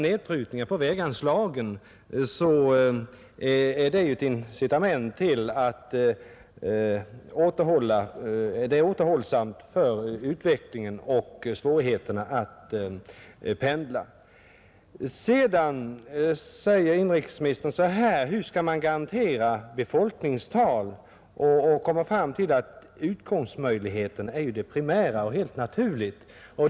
Nedprutningarna på väganslagen håller därför tillbaka utvecklingen genom att svårigheten att pendla ökar. Sedan säger inrikesministern: Hur skall man kunna garantera ett befolkningstal? Han kommer fram till att utkomstmöjligheten är det primära. Det är den naturligtvis.